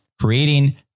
creating